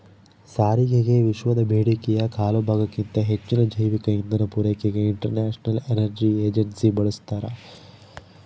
ಸಾರಿಗೆಗೆವಿಶ್ವದ ಬೇಡಿಕೆಯ ಕಾಲುಭಾಗಕ್ಕಿಂತ ಹೆಚ್ಚಿನ ಜೈವಿಕ ಇಂಧನ ಪೂರೈಕೆಗೆ ಇಂಟರ್ನ್ಯಾಷನಲ್ ಎನರ್ಜಿ ಏಜೆನ್ಸಿ ಬಯಸ್ತಾದ